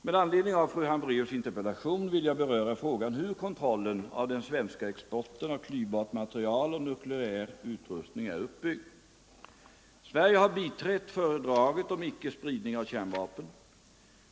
Med anledning av fru Hambraeus” interpellation vill jag beröra frågan, hur kontrollen av den svenska exporten av klyvbart material och nukleär utrustning är uppbyggd. Sverige har biträtt fördraget om icke-spridning av kärnvapen.